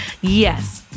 Yes